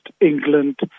England